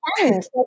end